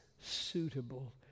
suitable